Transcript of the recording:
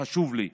חשוב לי שילובם.